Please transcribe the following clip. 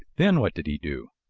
then what did he do?